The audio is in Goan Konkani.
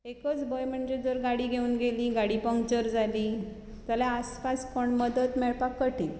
एकच भंय म्हणजे जर गाडी घेवन गेलीं गाडी पंक्चर जाली जाल्यार आसपास कोण मदत मेळपाक कठीण